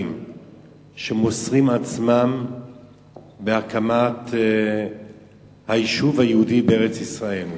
שמוסרים עצמם בהקמת היישוב היהודי בארץ-ישראל.